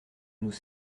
nous